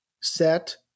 set